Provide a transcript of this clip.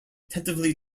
tentatively